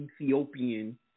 Ethiopian